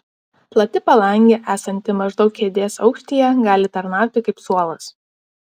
plati palangė esanti maždaug kėdės aukštyje gali tarnauti kaip suolas